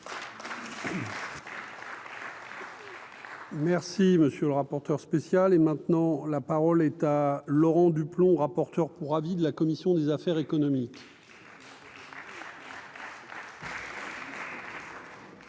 Merci, monsieur le rapporteur spécial, et maintenant la parole est à Laurent Duplomb, rapporteur pour avis de la commission des affaires économiques.